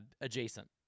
adjacent